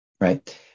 Right